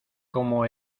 como